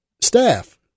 staff